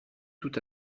tout